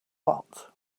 what